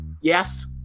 yes